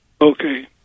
Okay